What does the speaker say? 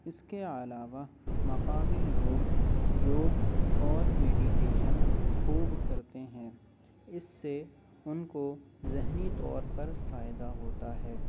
اس کے علاوہ مقامی لوگ یوگ اور میڈیٹیشن خوب کرتے ہیں اس سے ان کو ذہنی طور پر فائدہ ہوتا ہے